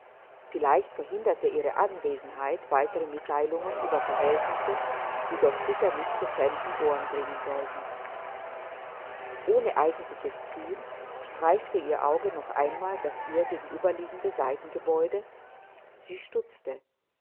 vielleicht verhinderte ihre anwesenheit weitere mitteilungen über verhältnisse die doch sicher nicht zu fremden ohren dringen sollten ohne eigentliches ziel streifte ihr auge noch einmal das ihr gegenüberliegende seitengebäude sie stutzte